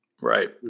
Right